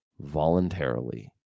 voluntarily